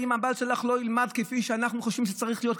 אם הבעל שלך לא ילמד כפי שאנחנו חושבים שצריך להיות,